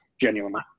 genuinely